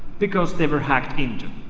because they were hacked into.